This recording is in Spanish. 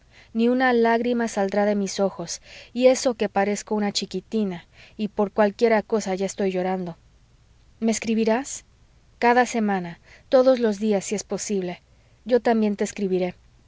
ni una lágrima saldrá de mis ojos y eso que parezco una chiquitina y por cualquiera cosa ya estoy llorando me escribirás cada semana todos los días si es posible yo también te escribiré